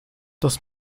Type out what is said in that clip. das